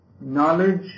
Knowledge